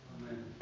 Amen